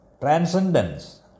transcendence